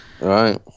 right